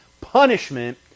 punishment